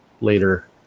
later